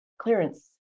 clearance